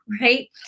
right